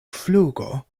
flugo